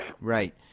Right